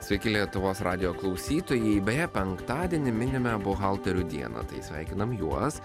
sveiki lietuvos radijo klausytojai beje penktadienį minime buhalterių dieną tai sveikinam juos